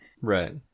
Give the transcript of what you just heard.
Right